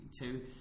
two